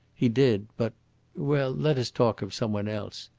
he did, but well, let us talk of some one else.